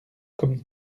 comme